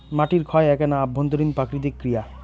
মাটির ক্ষয় এ্যাকনা অভ্যন্তরীণ প্রাকৃতিক ক্রিয়া